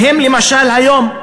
מהם למשל היום,